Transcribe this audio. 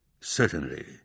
Certainly